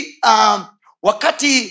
Wakati